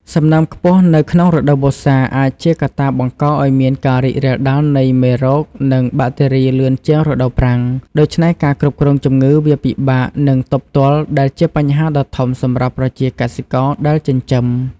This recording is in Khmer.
សំណើមខ្ពស់នៅក្នុងរដូវវស្សា អាចជាកត្តាបង្កឲ្យមានការរីករាលដាលនៃមេរោគនិងបាក់តេរីលឿនជាងរដូវប្រាំង ដូច្នេះការគ្រប់គ្រងជំងឺវាពិបាកនិងទប់ទល់ដែលជាបញ្ហាដ៏ធំសម្រាប់ប្រជាកសិករដែលចិញ្ចឹម ។